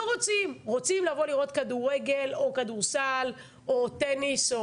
רוצים לבוא לראות כדורגל או כדורסל או טניס.